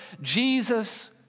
Jesus